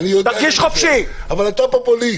אתה פופוליסט.